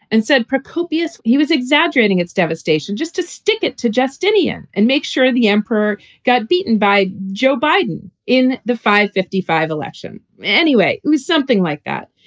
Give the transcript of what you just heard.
and said copious he was exaggerating its devastation just to stick it to justinian and make sure the emperor got beaten by joe biden in the five fifty five election anyway. something like that.